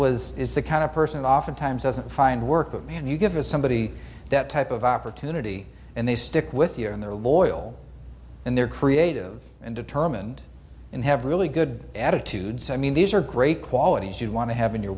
was is the kind of person oftentimes doesn't find work with me and you give us somebody that type of opportunity and they stick with your and they're loyal and they're creative and determined and have really good attitude so i mean these are great qualities you want to have in your